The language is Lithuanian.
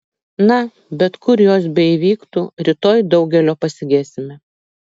na bet kur jos beįvyktų rytoj daugelio pasigesime